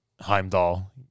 Heimdall